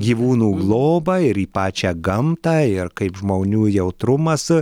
gyvūnų globą ir į pačią gamtą ir kaip žmonių jautrumas